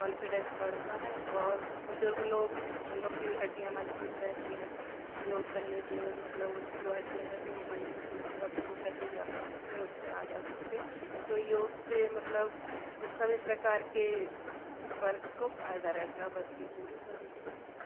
confidence बढ़ता है और बुजुर्ग लोग हैं उन लोग की भी हड्डियाँ मजबूत रहती हैं योग करने से मतलब उनकी जो हड्डियाँ रहती हैं वो मजबूत होती हैं और फिर वो कहीं अ अपने उससे आ जा सकते तो योग से मतलब सभी प्रकार के वर्ग को फ़ायदा रहता है बच्चे बूढ़े सभी को रहता है